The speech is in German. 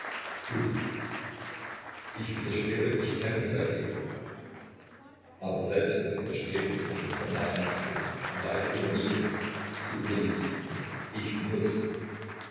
gut ich widerstrebe ich kämpfe dagegen aber selbst das widerstreben ist von vorn herein bestimmt und da ich unterliege so unterliege ich eben ich muß